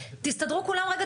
תסתדרו כולם רגע,